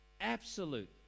absolute